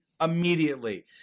immediately